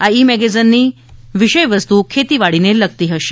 આ ઈ મેગેઝિનની વિષય વસ્તુ ખેતીવાડીને લગતી હશે